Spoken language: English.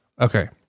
Okay